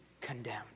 condemned